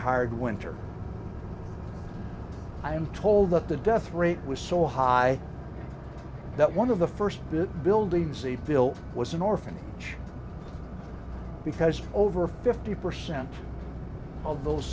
hard winter i am told that the death rate was so high that one of the first bit buildings they built was an orphanage because over fifty percent of those